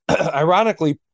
ironically